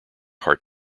heart